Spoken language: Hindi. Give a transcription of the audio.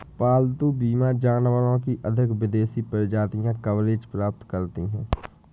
पालतू बीमा जानवरों की अधिक विदेशी प्रजातियां कवरेज प्राप्त कर सकती हैं